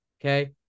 okay